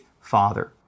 father